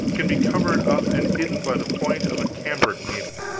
can be covered up and hidden by the point of a cambric needle,